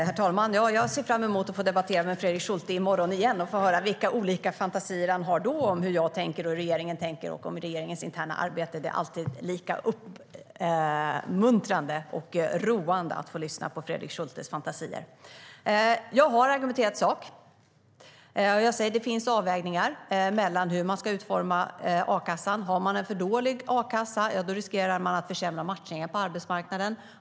Herr talman! Jag ser fram emot att få debattera med Fredrik Schulte i morgon igen och få höra vilka olika fantasier han har då om hur jag och regeringen tänker och om regeringens interna arbete. Det är alltid lika uppmuntrande och roande att få lyssna på Fredrik Schultes fantasier. Jag har argumenterat i sak och säger att det finns avvägningar i hur man ska utforma a-kassan. Har man en för dålig a-kassa riskerar man att försämra matchningen på arbetsmarknaden.